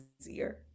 easier